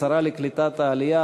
השרה לקליטת העלייה,